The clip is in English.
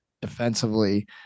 defensively